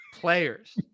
players